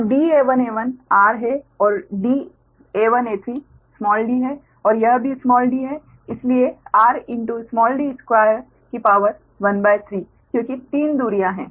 तो da1a1 r है और da1a3 d है और यह भी d है इसलिए 13 क्योंकि 3 दूरियाँ है